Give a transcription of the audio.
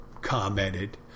commented